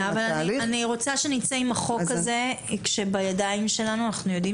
אני רוצה שנצא עם החוק הזה כשאנחנו יודעים